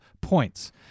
points